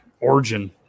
Origin